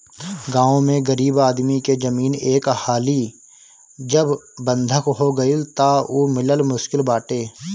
गांव में गरीब आदमी के जमीन एक हाली जब बंधक हो गईल तअ उ मिलल मुश्किल बाटे